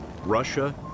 Russia